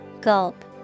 Gulp